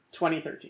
2013